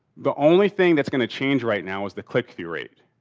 the only thing that's going to change right now is the click-through rate.